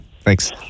thanks